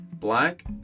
Black